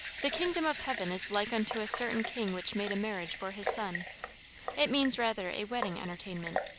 the kingdom of heaven is like unto a certain king which made a marriage for his son it means rather a wedding entertainment.